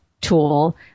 tool